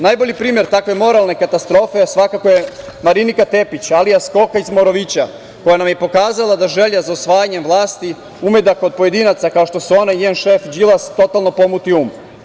Najbolji primer takve moralne katastrofe svakako je Marinika Tepić, alijas „koka“ iz Morovića, koja nam je i pokazala da želja za osvajanjem vlasti ume da kod pojedinaca, kao što su ona i njen šef Đilas, totalno pomuti um.